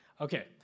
Okay